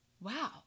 wow